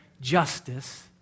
justice